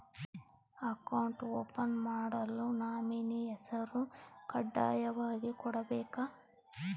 Account open ಮಾಡಲು nominee ಹೆಸರು ಕಡ್ಡಾಯವಾಗಿ ಕೊಡಬೇಕಾ?